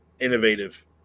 innovative